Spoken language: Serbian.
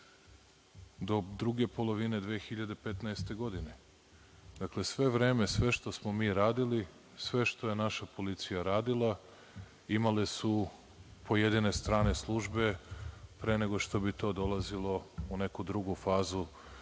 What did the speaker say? do druge polovine 2015. godine. Dakle, sve vreme, sve što smo mi radili, sve što je naša policija radila, imale su pojedine strane službe, pre nego što bi to dolazilo u neku drugu fazu